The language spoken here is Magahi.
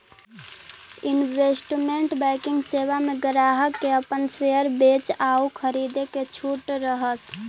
इन्वेस्टमेंट बैंकिंग सेवा में ग्राहक के अपन शेयर बेचे आउ खरीदे के छूट रहऽ हइ